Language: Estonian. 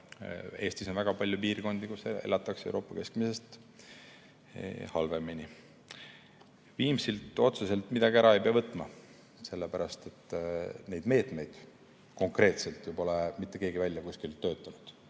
Eestis on aga väga palju piirkondi, kus elatakse Euroopa keskmisest halvemini. Viimsilt otseselt midagi ära ei pea võtma, sellepärast et neid meetmeid konkreetselt pole mitte keegi välja töötanud.